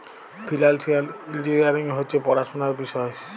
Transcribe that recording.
financial engineering হছে পড়াশুলার বিষয়